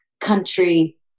country